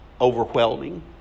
overwhelming